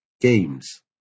Games